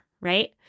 Right